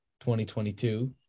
2022